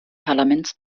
parlaments